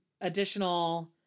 additional